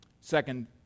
second